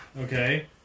Okay